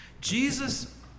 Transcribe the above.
Jesus